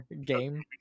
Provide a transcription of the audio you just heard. game